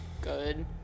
good